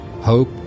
Hope